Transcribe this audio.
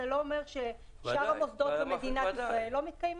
זה לא אומר ששאר המוסדות במדינת ישראל לא מתקיימים.